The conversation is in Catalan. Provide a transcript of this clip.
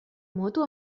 moto